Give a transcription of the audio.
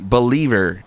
Believer